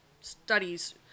studies